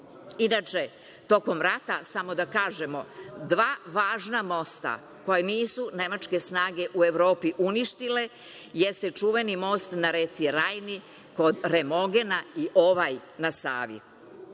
tokom rata, samo da kažemo, dva važna mosta koja nisu nemačke snage u Evropi uništile jeste čuveni most na reci Rajni kod Remogena i ovaj na Savi.